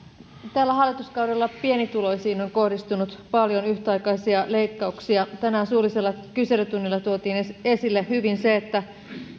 tällä hallituskaudella pienituloisiin on kohdistunut paljon yhtäaikaisia leikkauksia tänään suullisella kyselytunnilla tuotiin esille hyvin se että